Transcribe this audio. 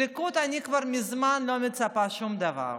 מהליכוד אני כבר מזמן לא מצפה שום דבר.